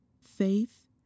Faith